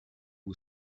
who